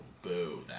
Boo